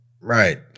Right